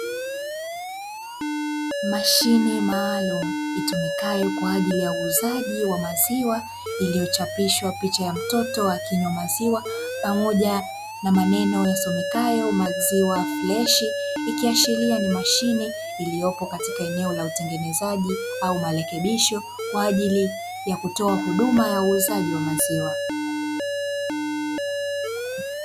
Mashine maalumu, itumikayo kwaajili ya uuzaji wa maziwa, iliyochapishwa picha ya mtoto akinywa maziwa, pamoja na maneno yasomekayo maziwa freshi, ikiashilia ni mashine iliyopo katika eneo la utengenezaji au malekebisho kwajili ya kutoa huduma ya maziwa.